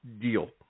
deal